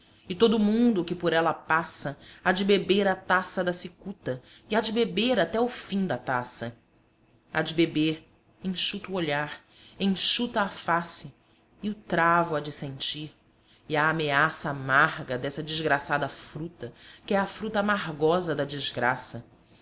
e todo mundo que por ela passa há de beber a taça da cicuta e há de beber até o fim da taça há de beber enxuto o olhar enxuta a face e o travo há de sentir e a ameaça amarga dessa desgraçada fruta que é a fruta amargosa da desgraça